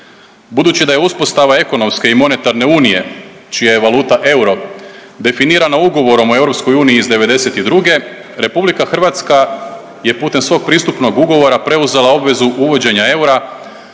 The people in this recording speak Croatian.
Budući da je uspostava ekonomske i monetarne unije čija je valuta euro definirana Ugovorom o EU iz '92. RH je putem svog pristupnog ugovora preuzela obvezu uvođenja eura